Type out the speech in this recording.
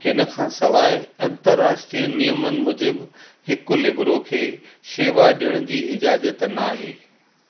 हिन खां सवाइ अंतरराष्ट्रीय नियमनि मूजुबु हिकु लिबरो खे शेवा ॾियण जी इजाज़ति नाहे